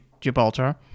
Gibraltar